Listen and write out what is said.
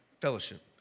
Fellowship